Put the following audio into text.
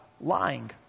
lying